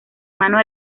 manos